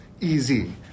easy